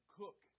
cook